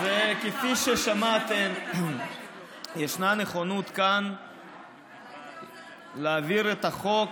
אז כפי ששמעתם, ישנה נכונות להעביר כאן את החוק,